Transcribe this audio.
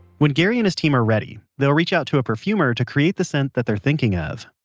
when gary and his team are ready, they'll reach out to a perfumer to create the scent that they're thinking of